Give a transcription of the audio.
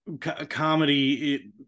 comedy